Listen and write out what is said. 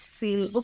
feel